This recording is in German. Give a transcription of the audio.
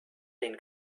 den